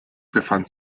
befand